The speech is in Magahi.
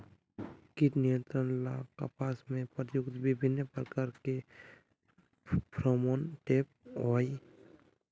कीट नियंत्रण ला कपास में प्रयुक्त विभिन्न प्रकार के फेरोमोनटैप होई?